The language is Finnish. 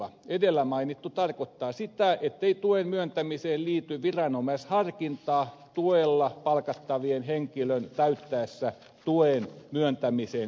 edellä mainittu tarkoittaa sitä ettei tuen myöntämiseen liity viranomaisharkintaa tuella palkattavan henkilön täyttäessä tuen myöntämisen kriteerit